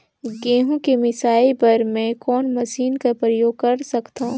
गहूं के मिसाई बर मै कोन मशीन कर प्रयोग कर सकधव?